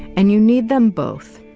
and you need them both.